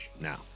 Now